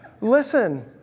Listen